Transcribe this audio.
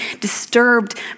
disturbed